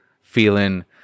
feeling